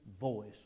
voice